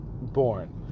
born